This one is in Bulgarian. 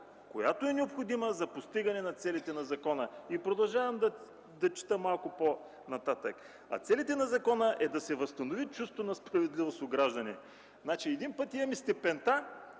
която е необходима за постигане на целите на закона – продължавам да чета малко по-нататък – а целите на закона е да се възстанови чувството на справедливост у гражданите. Значи един път имаме степента,